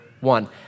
one